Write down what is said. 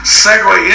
segue